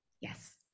yes